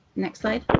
next slide.